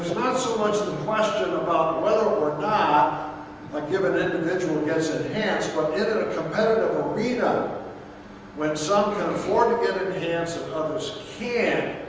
not so much the question about whether or not a given individual gets enhanced, but in and a competitive arena when some can afford to get enhanced and others can't,